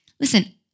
listen